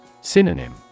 Synonym